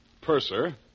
purser